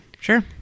sure